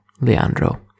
Leandro